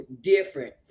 different